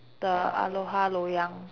the aloha loyang